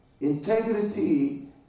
integrity